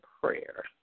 prayer